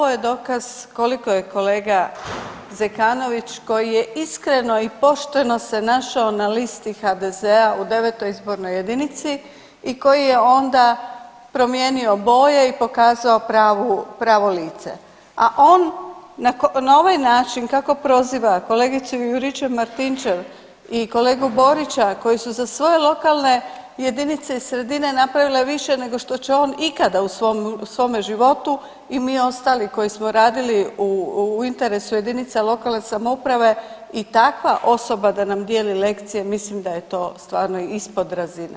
Ovo je dokaz koliko je kolega Zekanović koji je iskreno i pošteno se našao na listi HDZ-a u IX. izbornoj jedinici i koji je onda promijenio boje i pokazao pravo lice, a on na ovaj način kako proziva kolegicu Juričev Martinčev i kolegu Borića koji su za svoje lokalne jedinice i sredine napravili više nego što će on ikada u svome životu i mi ostali koji smo radili u interesa jedinica lokalne samouprave i takva osoba da nam dijeli lekcije mislim da je to stvarno ispod razine.